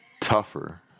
tougher